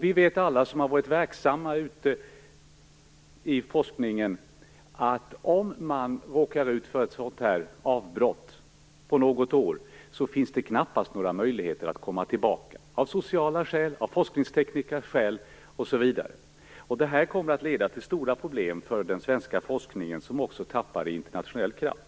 Vi vet alla som har varit verksamma inom forskningen att om man råkar ut för ett sådant här avbrott på något år finns det knappast några möjligheter att komma tillbaka, av sociala skäl, av forskningstekniska skäl osv. Det här kommer att leda till stora problem för den svenska forskningen, som också tappar i internationell kraft.